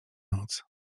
noc